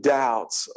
doubts